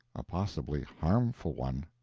a possibly harmful one.